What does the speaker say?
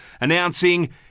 announcing